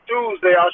Tuesday